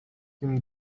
him